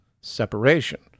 separation